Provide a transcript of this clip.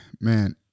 man